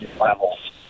levels